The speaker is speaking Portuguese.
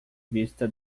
vista